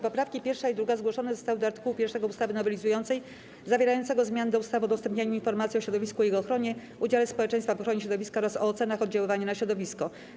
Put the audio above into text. Poprawki 1. i 2. zgłoszone zostały do art. 1 ustawy nowelizującej zawierającego zmiany do ustawy o udostępnianiu informacji o środowisku i jego ochronie, udziale społeczeństwa w ochronie środowiska oraz o ocenach oddziaływania na środowisko.